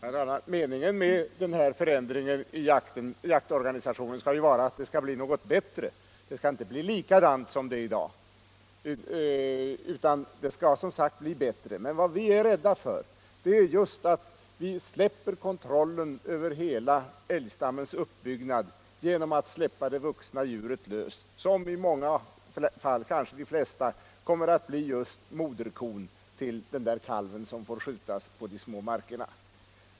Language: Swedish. Herr talman! Meningen med den här förändringen i jaktorganisationen skall ju vara att förhållandena skall bli bättre, de skall inte bli likadana som de är i dag. Men vad vi är rädda för är just att vi förlorar kontrollen över hela älgstammens uppbyggnad genom att släppa det vuxna djuret som i många fall, kanske de flesta, kommer att bli just moderko till den kalv som får skjutas på de små markerna.